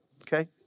okay